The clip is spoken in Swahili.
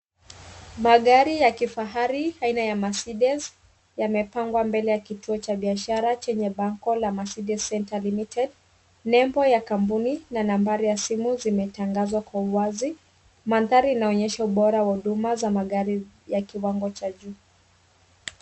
Magari ya kifahari aina ya Mercedes, yamepangwa mbele ya kituo cha biashara chenye bango la Mercedes Central Limited. Nembo ya kampuni na nambari ya simu zimetangazwa kwa uwazi. Mandhari inaonyesha ubora wa huduma za magari ya kiwango cha juu.